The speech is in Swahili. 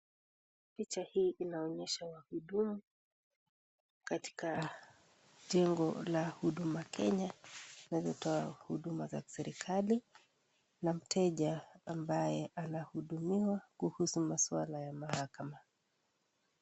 Picha hii inaonyesha wahudumu katika jengo la huduma kenya zinazotoa huduma za kiserikali na mteja ambaye anahudumiwa kuhusu maswala ya mahakama.